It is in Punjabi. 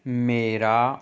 ਮੇਰਾ